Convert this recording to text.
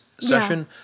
session